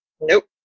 Nope